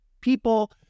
people